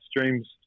streams